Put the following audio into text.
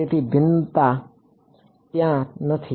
તેથી ભિન્નતા ત્યાં નથી